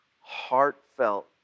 heartfelt